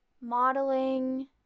modeling